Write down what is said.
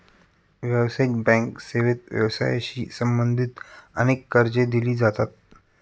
व्यावसायिक बँक सेवेत व्यवसायाशी संबंधित अनेक कर्जे दिली जातात